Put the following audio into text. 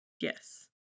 yes